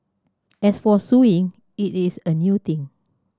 as for suing it is a new thing